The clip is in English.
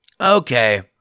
Okay